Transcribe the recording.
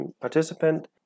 participant